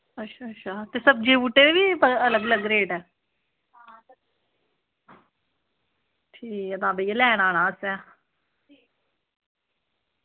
अच्छा अच्छा ते सब्जियें दे बूह्टें दा बी अलग अलग रेट ऐ ठीक ऐ भाईया तां लैन आना ऐ असैं